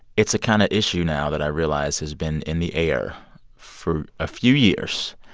it's a kind of issue now that i realize has been in the air for a few years.